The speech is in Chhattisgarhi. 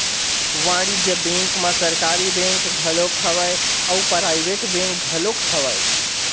वाणिज्य बेंक म सरकारी बेंक घलोक हवय अउ पराइवेट बेंक घलोक हवय